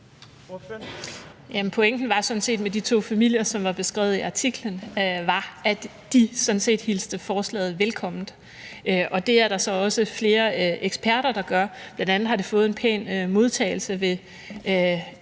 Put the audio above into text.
altså med de to familier, som var beskrevet i artiklen, at de hilste forslaget velkommen. Og det er der så også flere eksperter der gør, bl.a. har det fået en pæn modtagelse af